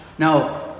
Now